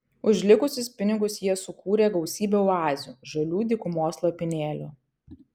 už likusius pinigus jie sukūrė gausybę oazių žalių dykumos lopinėlių